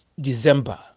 december